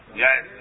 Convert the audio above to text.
yes